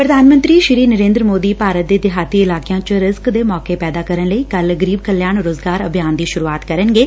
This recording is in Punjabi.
ਪੁਧਾਨ ਮੰਤਰੀ ਨਰੇਦਰ ਮੋਦੀ ਭਾਰਤ ਦੇ ਦਿਹਾਤੀ ਇਲਾਕਿਆਂ ਵਿਚ ਰਿਜ਼ਕ ਦੇ ਮੋਕੇ ਪੈਦਾ ਕਰਨ ਲਈ ਕੱਲ ਗਰੀਬ ਕਲਿਆਣ ਰੋਜ਼ਗਾਰ ਅਭਿਆਨ ਦੀ ਸੁਰੁਆਤ ਕਰਨਗੇ